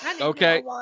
Okay